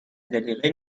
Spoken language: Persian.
جلیقه